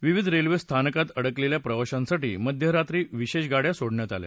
विविध रेल्वे स्थानकात अडकलेल्या प्रवाशांसाठी मध्यरात्री विशेष गाड्या सोडण्यात आल्या